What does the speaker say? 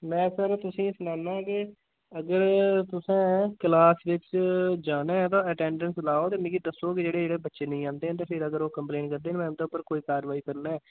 मै सर तुसेंई सनाना के अगर तुसें क्लास बिच्च जाना ऐ तां अटेंडेंस लाओ ते मिगी दस्सो कि जेह्ड़े जेह्ड़े बच्चे नेईं आंदे हैन ते फिर अगर ओह् कम्प्लेन करदे न में उं'दे उप्पर कोई कारवाई करना ऐ